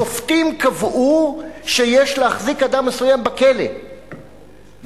שופטים קבעו שיש להחזיק אדם מסוים בכלא ואז